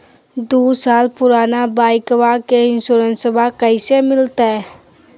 दू साल पुराना बाइकबा के इंसोरेंसबा कैसे मिलते?